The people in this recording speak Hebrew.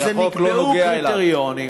החוק לא נוגע אליו.